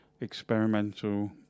experimental